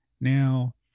Now